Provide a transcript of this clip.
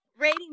rating